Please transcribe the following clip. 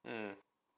mm